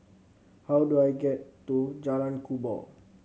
how do I get to Jalan Kubor